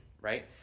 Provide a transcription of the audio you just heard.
right